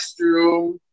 restroom